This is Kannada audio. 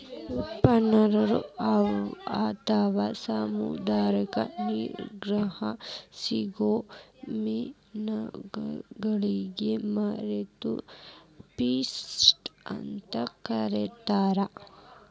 ಉಪ್ಪನೇರು ಅತ್ವಾ ಸಮುದ್ರದ ನಿರ್ನ್ಯಾಗ್ ಸಿಗೋ ಮೇನಗಳಿಗೆ ಮರಿನ್ ಫಿಶ್ ಅಂತ ಕರೇತಾರ